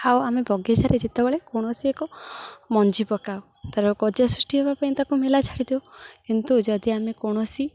ଆଉ ଆମେ ବଗିଚାରେ ଯେତେବେଳେ କୌଣସି ଏକ ମଞ୍ଜି ପକାଉ ତାର ଗଜା ସୃଷ୍ଟି ହେବା ପାଇଁ ତାକୁ ମେଲା ଛାଡ଼ିଦେଉ କିନ୍ତୁ ଯଦି ଆମେ କୌଣସି